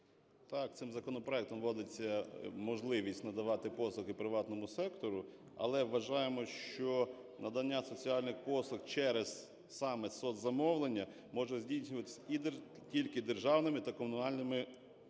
Так, цим законопроектом вводиться можливість надавати послуги приватному сектору. Але вважаємо, що надання соціальних послуг через саме соцзамовлення може здійснюватись тільки державними та комунальними надавачами,